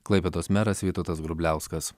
klaipėdos meras vytautas grubliauskas